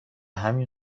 همین